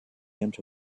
into